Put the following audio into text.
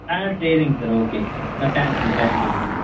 ஆ சரிங்க சார் ஓகேங்க ஆ தேங்க் யூ தேங்க் யூங்க சார்